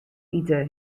ite